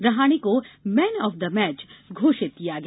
रहाणे को man of the match घोषित किया गया